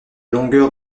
longueur